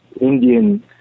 Indian